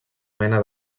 mena